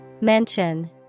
Mention